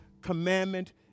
commandment